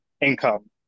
income